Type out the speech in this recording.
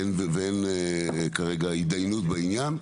ואין כרגע התדיינות בעניין,